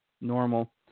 normal